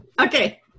okay